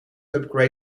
upgrade